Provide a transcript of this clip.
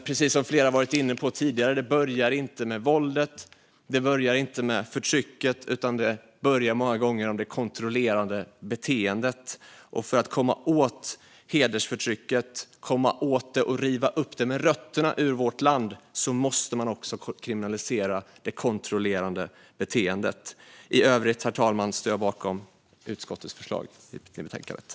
Precis som flera har varit inne på tidigare börjar det inte med våldet och förtrycket utan med det kontrollerande beteendet. För att komma åt hedersförtrycket och riva upp det med rötterna ur vårt land måste vi också kriminalisera det kontrollerande beteendet. Herr talman! Jag yrkar bifall till reservation 5.